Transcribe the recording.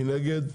מי נגד?